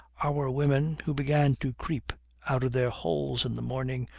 our women, who began to creep out of their holes in the morning,